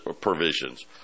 provisions